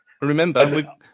Remember